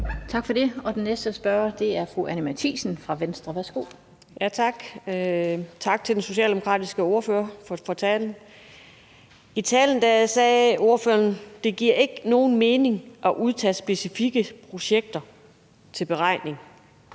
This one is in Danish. Tak for det. Den næste spørger er fru Anni Matthiesen fra Venstre. Værsgo. Kl. 18:58 Anni Matthiesen (V): Tak. Tak til den socialdemokratiske ordfører for talen. I talen sagde ordføreren, at det ikke giver nogen mening at udtage specifikke projekter til beregning.